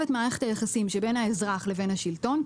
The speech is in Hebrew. את מערכת היחסים שבין האזרח לבין השלטון.